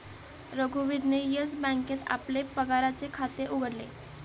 रघुवीरने येस बँकेत आपले पगाराचे खाते उघडले